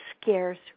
scarce